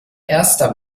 erster